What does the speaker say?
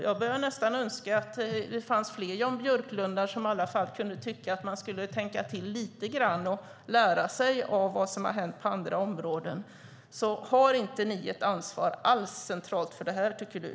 Jag börjar nästan önska att det fanns fler Jan Björklund som i alla fall kunde tycka att man skulle tänka till lite grann och lära sig av vad som har hänt på andra områden. Tycker du att ni inte alls har ett ansvar för det här centralt?